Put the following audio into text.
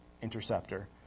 Interceptor